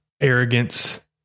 arrogance